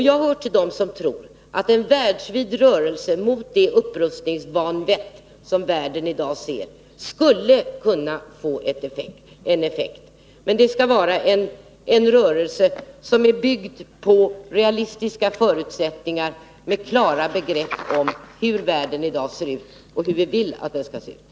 Jag hör till dem som tror att en världsvid rörelse mot det upprustningsvanvett som världen i dag upplever skulle kunna få en effekt. Men det skall vara en rörelse som är byggd på realistiska förutsättningar, med klara begrepp om hur världen i dag ser ut och hur vi vill att den skall se ut.